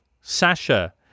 Sasha